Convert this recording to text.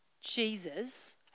Jesus